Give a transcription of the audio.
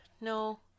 No